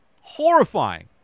horrifying